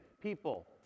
people